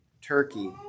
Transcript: Turkey